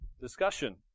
discussion